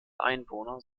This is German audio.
einwohner